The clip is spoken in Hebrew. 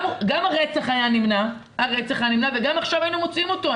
גם הרצח היה נמנע וגם עכשיו היינו מוצאים אותו,